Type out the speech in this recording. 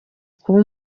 kuba